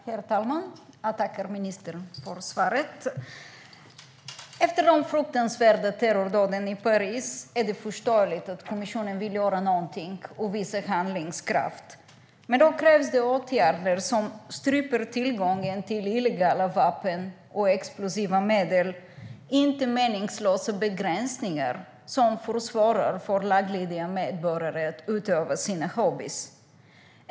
Herr talman! Jag tackar ministern för svaret. Efter de fruktansvärda terrordåden i Paris är det förståeligt att kommissionen vill göra någonting och visa handlingskraft. Men då krävs det åtgärder som stryper tillgången till illegala vapen och explosiva medel - inte meningslösa begränsningar som försvårar för laglydiga medborgare att utöva sina hobbyer.